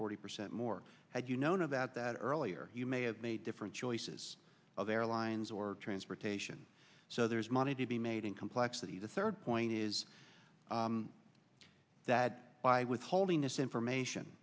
forty percent more had you known about that earlier you may have made different choices of airlines or transportation so there is money to be made in complexity the third point is that by withholding this information